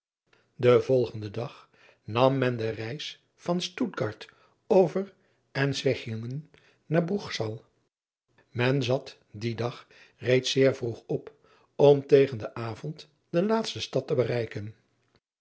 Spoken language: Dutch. en volgenden dag nam men de reis van tuttgard over nzwechingen naar ruchsal en zat dien dag reeds zeer vroeg op om tegen den avond de laatste stad te bereiken